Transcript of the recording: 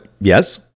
Yes